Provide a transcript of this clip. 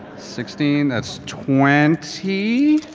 sixteen, that's twenty